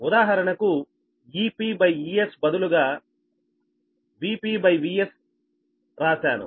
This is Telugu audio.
ఉదాహరణకు EpEsబదులుగా VpVsరాశాను